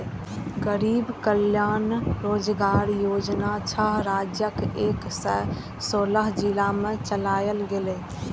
गरीब कल्याण रोजगार योजना छह राज्यक एक सय सोलह जिला मे चलायल गेलै